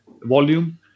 volume